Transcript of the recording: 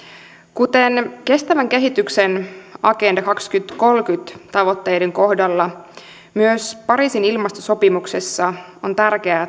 kuten kestävän kehityksen agenda kaksituhattakolmekymmentä tavoitteiden kohdalla myös pariisin ilmastosopimuksessa on tärkeää